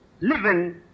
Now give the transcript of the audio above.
living